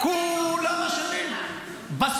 הם טובים למינוי פרויקטורים.